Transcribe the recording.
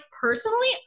personally